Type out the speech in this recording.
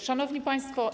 Szanowni Państwo!